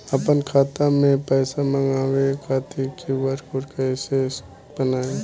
आपन खाता मे पैसा मँगबावे खातिर क्यू.आर कोड कैसे बनाएम?